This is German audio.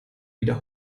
wieder